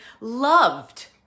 loved